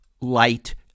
light